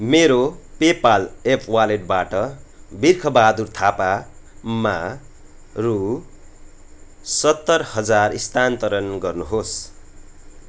मेरो PayPal app वालेटबाट बिर्खबहादुर थापामा रु सत्तर हजार स्थानान्तरण गर्नुहोस्